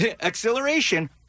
Acceleration